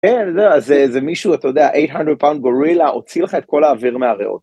זה מישהו אתה יודע 800 פאונד גורילה הוציא לך את כל האוויר מהריאות.